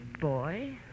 boy